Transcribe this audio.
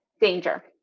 danger